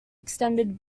extended